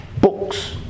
books